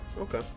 okay